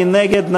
מי נגד?